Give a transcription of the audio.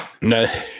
No